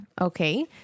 Okay